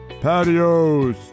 patios